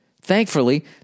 Thankfully